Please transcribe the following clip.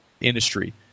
industry